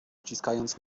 ściskając